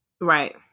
Right